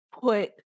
put